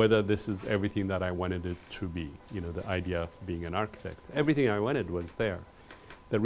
whether this is everything that i wanted it to be you know the idea of being an architect everything i wanted was there the